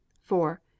four